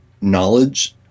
knowledge